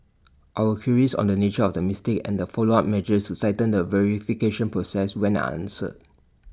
our queries on the nature of the mistake and follow up measures to tighten the verification process went unanswered